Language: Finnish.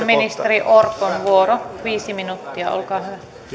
ministeri orpon vuoro viisi minuuttia